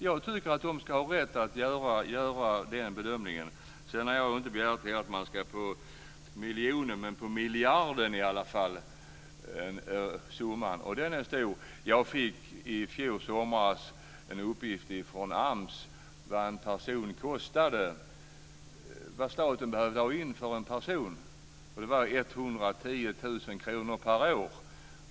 Jag tycker att de ska rätt att göra den bedömningen. Sedan har jag inte begärt att man ska ange summan på miljonen, men man kan ange den på miljarden i alla fall. Och den är stor. Jag fick i fjol somras en uppgift från AMS om vad en person kostade, vad staten behövde få in för en person. Det var 110 000 kr per år.